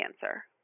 cancer